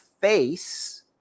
face